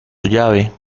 llave